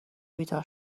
بیدار